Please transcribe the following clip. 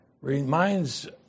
reminds